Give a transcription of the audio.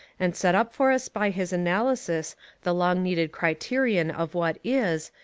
and set up for us by his analysis the long-needed criterion of what is,